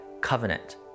covenant